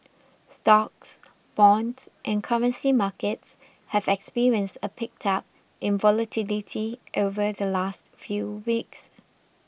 stocks bonds and currency markets have experienced a pickup in volatility over the last few weeks